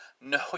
No